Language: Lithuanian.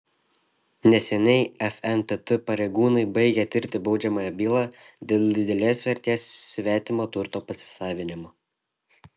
neseniai fntt pareigūnai baigė tirti baudžiamąją bylą dėl didelės vertės svetimo turto pasisavinimo